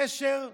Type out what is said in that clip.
קשר חד,